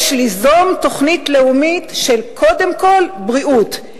"יש ליזום תוכנית לאומית של קודם כול בריאות,